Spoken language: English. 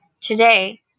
today